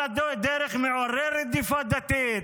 על הדרך מעורר רדיפה דתית.